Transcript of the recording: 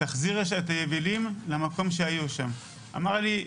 תחזיר את היבילים למקום שבו היו.." והוא אמר לי "..